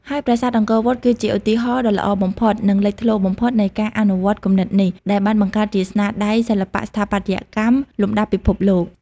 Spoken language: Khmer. ហើយប្រាសាទអង្គរវត្ត គឺជាឧទាហរណ៍ដ៏ល្អបំផុត និងលេចធ្លោបំផុតនៃការអនុវត្តគំនិតនេះ ដែលបានបង្កើតជាស្នាដៃសិល្បៈស្ថាបត្យកម្មលំដាប់ពិភពលោក។